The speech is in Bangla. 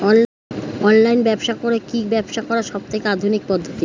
অনলাইন ব্যবসা করে কি ব্যবসা করার সবথেকে আধুনিক পদ্ধতি?